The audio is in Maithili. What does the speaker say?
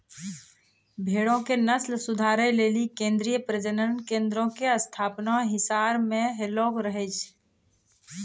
भेड़ो के नस्ल सुधारै लेली केन्द्रीय प्रजनन केन्द्रो के स्थापना हिसार मे होलो रहै